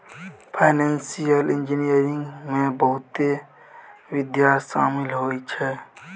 financial engineering में बहुते विधा शामिल होइ छै